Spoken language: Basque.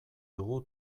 dugu